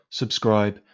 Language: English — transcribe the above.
subscribe